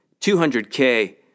200K